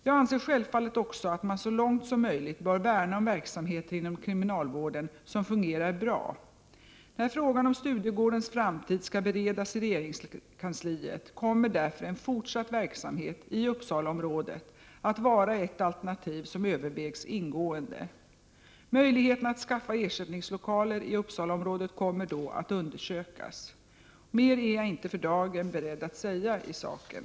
Jag anser självfallet också att man så långt som möjligt bör värna om verksamheter inom kriminalvården som fungerar bra. När frågan om Studiegårdens framtid skall beredas i regeringskansliet kommer därför en fortsatt verksamhet i Uppsalaområdet att vara ett alternativ som övervägs ingående. Möjligheterna att skaffa ersättningslokaler i Uppsalaomådet kommer då att undersökas. Mer är jag för dagen inte beredd att säga i saken.